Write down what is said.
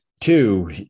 Two